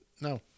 no